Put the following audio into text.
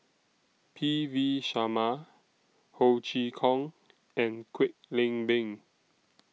P V Sharma Ho Chee Kong and Kwek Leng Beng